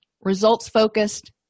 results-focused